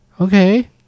okay